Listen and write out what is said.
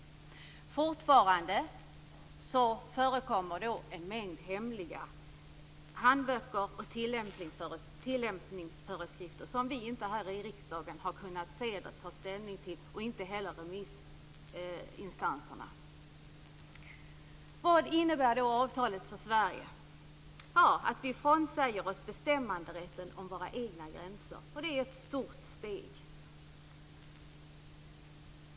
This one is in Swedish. Fortfarande förekommer en mängd hemliga handböcker och tillämpningsföreskrifter som vi här i riksdagen inte har kunnat se eller ta ställning till, liksom inte heller remissinstanserna. Vad innebär då avtalet för Sverige? Jo, att vi frånsäger oss bestämmanderätten om våra egna gränser. Det är ett stort steg.